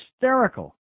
hysterical